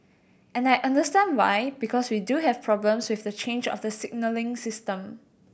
and I understand why because we do have problems with the change of the signalling system